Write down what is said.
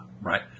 right